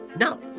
no